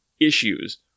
issues